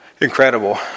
incredible